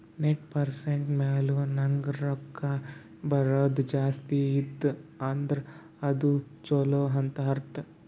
net present value ನಾಗ್ ರೊಕ್ಕಾ ಬರದು ಜಾಸ್ತಿ ಇತ್ತು ಅಂದುರ್ ಅದು ಛಲೋ ಅಂತ್ ಅರ್ಥ